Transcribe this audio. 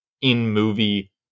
in-movie